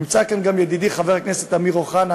נמצא כאן גם ידידי חבר הכנסת אמיר אוחנה,